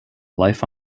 life